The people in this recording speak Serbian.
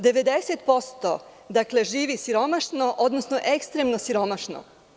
Dakle, 90% živi siromašno, odnosno ekstremno siromaštvo.